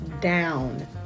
down